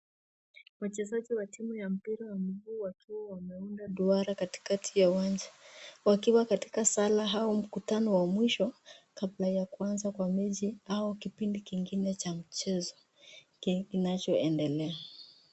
Wachezaji wa timu ya mpira wa miguu wakiwa wameunda duara katikati ya uwanja wakiwa katika sala au mkutano mwisho kabla ya kuanza kwa mechi au kipindi kingine cha mchezo kenye kinachoendelea.